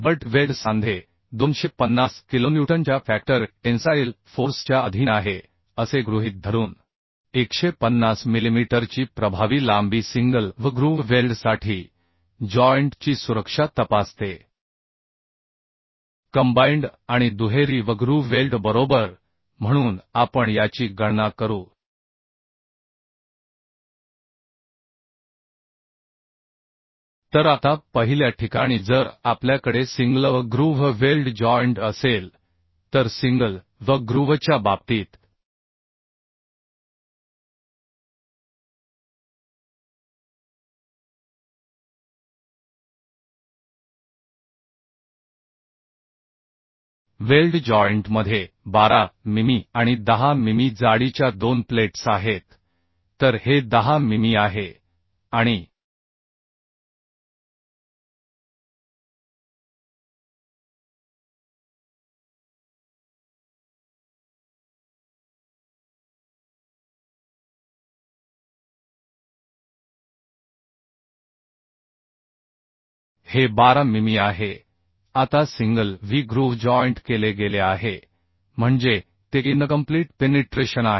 but weld सांधे 250 किलोन्यूटनच्या factor tensile force च्या अधीन आहे असे गृहीत धरून150 मिलिमीटरची प्रभावी लांबी सिंगल V ग्रूव्ह वेल्डसाठी जॉइंट ची सुरक्षा तपासते कंबाइंड आणि दुहेरी V ग्रूव्ह वेल्ड बरोबर म्हणून आपण याची गणना करू तर आता पहिल्या ठिकाणी जर आपल्याकडे सिंगलV ग्रूव्ह वेल्ड जॉइंट असेल तर सिंगल V ग्रूव्हच्या बाबतीत वेल्ड जॉइंटमध्ये 12 मिमी आणि 10 मिमी जाडीच्या दोन प्लेट्स आहेत तर हे 10 मिमी आहे आणि हे 12 मिमी आहे आता सिंगल V ग्रूव्ह जॉइंट केले गेले आहे म्हणजे ते इनकम्प्लीट पेनिट्रेशन आहे